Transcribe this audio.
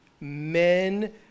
men